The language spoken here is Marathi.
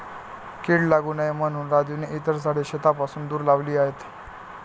कीड लागू नये म्हणून राजूने इतर झाडे शेतापासून दूर लावली आहेत